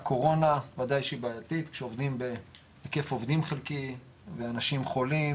הקורונה ודאי שהיא בעייתית כשעובדים בהיקף עובדים חלקי ואנשים חולים